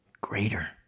greater